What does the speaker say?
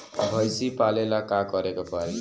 भइसी पालेला का करे के पारी?